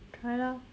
try lah